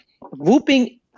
whooping